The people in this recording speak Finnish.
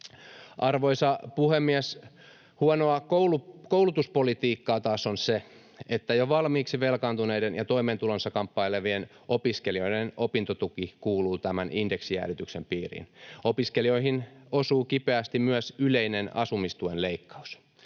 Arvoisa puhemies! Huonoa koulutuspolitiikkaa taas on se, että jo valmiiksi velkaantuneiden ja toimeentulonsa kanssa kamppailevien opiskelijoiden opintotuki kuuluu tämän indeksijäädytyksen piiriin. Opiskelijoihin osuu kipeästi myös yleinen asumistuen leikkaus.